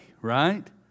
right